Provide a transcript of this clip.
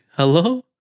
Hello